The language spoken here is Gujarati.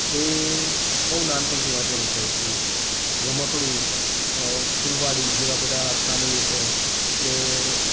એ બહું નાનપણથી વાંચવાનું શરૂ કર્યું રમકડું ફૂલવાડી જેવાં બધાં સામયિકો કે